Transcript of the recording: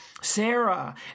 Sarah